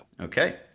Okay